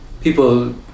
People